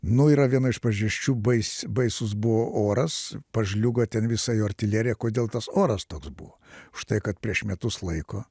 nu yra viena išpriežasčių nais baisus buvo oras pažliugo ten visa jo artilerija kodėl tas oras toks buvo užtai kad prieš metus laiko